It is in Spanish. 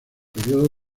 periodo